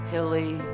Hilly